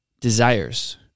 desires